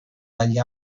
dagli